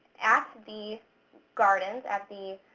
at the gardens, at the